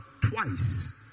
twice